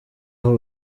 aho